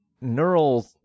neural